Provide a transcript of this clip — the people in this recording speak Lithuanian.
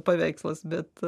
paveikslas bet